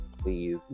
please